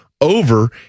over